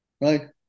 right